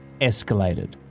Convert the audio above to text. escalated